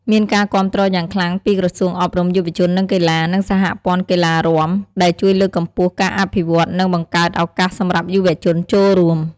មានការគាំទ្រយ៉ាងខ្លាំងពីក្រសួងអប់រំ យុវជន និងកីឡា និងសហព័ន្ធកីឡារាំ ដែលជួយលើកកម្ពស់ការអភិវឌ្ឍន៍ និងបង្កើតឱកាសសម្រាប់យុវជនចូលរួម។